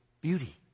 beauty